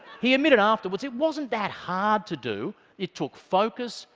he admitted afterwards it wasn't that hard to do. it took focus.